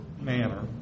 manner